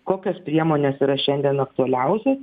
kokios priemonės yra šiandien aktualiausios